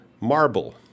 marble